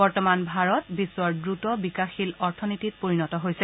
বৰ্তমান ভাৰত দেশৰ দ্ৰুত বিকাশশীল অৰ্থনীতিত পৰিণত হৈছে